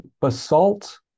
basalt